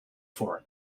for